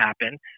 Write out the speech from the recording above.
happen